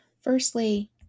firstly